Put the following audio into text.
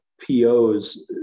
POs